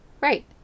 Right